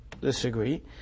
disagree